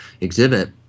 exhibit